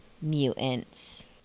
mutants